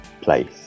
place